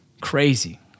Crazy